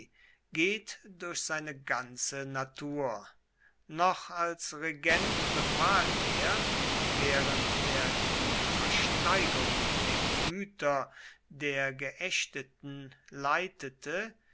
geht durch seine ganze natur noch als regent befahl er während er die versteigerung der güter der geächteten leitete